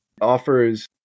offers